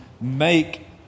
make